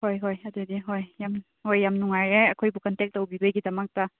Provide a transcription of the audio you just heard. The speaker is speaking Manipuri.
ꯍꯣꯏ ꯍꯣꯏ ꯑꯗꯨꯗꯤ ꯍꯣꯏ ꯌꯥꯝ ꯍꯣꯏ ꯌꯥꯝ ꯅꯨꯡꯉꯥꯏꯔꯦ ꯑꯩꯈꯣꯏꯕꯨ ꯀꯟꯇꯦꯛ ꯇꯧꯕꯤꯕꯒꯤꯗꯃꯛꯇ